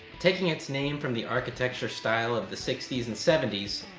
taking its name from the architecture style of the sixty s and seventy s,